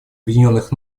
объединенных